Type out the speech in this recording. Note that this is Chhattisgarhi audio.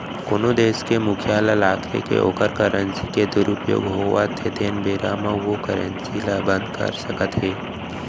कोनो देस के मुखिया ल लागथे के ओखर करेंसी के दुरूपयोग होवत हे तेन बेरा म ओ करेंसी ल बंद कर सकत हे